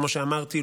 כמו שאמרתי,